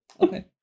Okay